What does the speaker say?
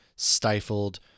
stifled